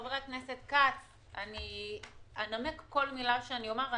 חבר הכנסת כץ, אנמק כל מילה שאני אומרת.